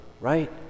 right